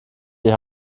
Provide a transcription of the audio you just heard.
die